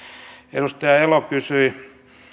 edustaja elo kysyi